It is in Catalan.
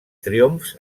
triomfs